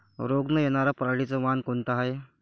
रोग न येनार पराटीचं वान कोनतं हाये?